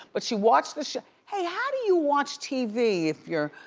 but she watched the show. hey how do you watch tv if you're?